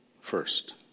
first